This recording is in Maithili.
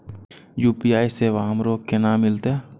यू.पी.आई सेवा हमरो केना मिलते?